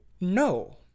No